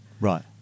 Right